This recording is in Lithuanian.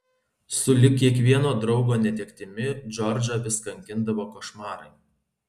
sulig kiekvieno draugo netektimi džordžą vis kankindavo košmarai